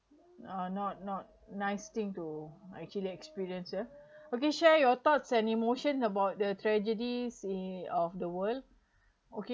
uh not not nice thing to actually experience uh okay share your thoughts and emotions about the tragedy in of the world okay